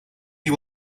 you